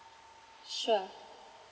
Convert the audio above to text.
sure